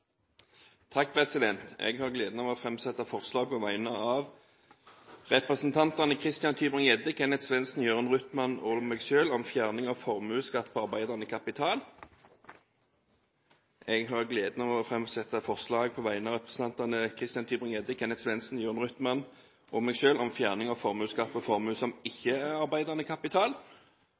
Jeg har gleden av å framsette et forslag på vegne av representantene Christian Tybring-Gjedde, Kenneth Svendsen, Jørund Rytman og meg selv om fjerning av formuesskatt på arbeidende kapital. Jeg har gleden av å framsette et forslag på vegne av representantene Christian Tybring-Gjedde, Kenneth Svendsen, Jørund Rytman og meg selv om fjerning av formuesskatt på formue som ikke er arbeidende kapital.